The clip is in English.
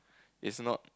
it's not